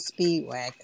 Speedwagon